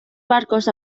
barcos